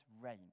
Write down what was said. rain